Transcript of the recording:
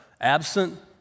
absent